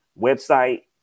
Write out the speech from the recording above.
website